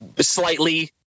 Slightly